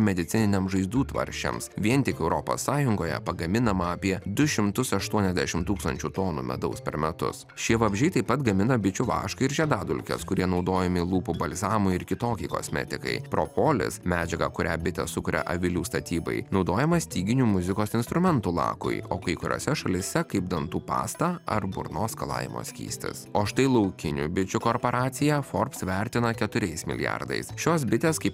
medicininiams žaizdų tvarsčiams vien tik europos sąjungoje pagaminama apie du šimtus aštuoniasdešimt tūkstančių tonų medaus per metus šie vabzdžiai taip pat gamina bičių vašką ir žiedadulkes kurie naudojami lūpų balzamų ir kitokiai kosmetikai propolis medžiaga kurią bitės sukuria avilių statybai naudojama styginių muzikos instrumentų lakui o kai kuriose šalyse kaip dantų pasta ar burnos skalavimo skystis o štai laukinių bičių korporaciją forbes vertina keturiais milijardais šios bitės kaip